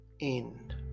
end